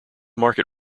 market